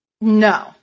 No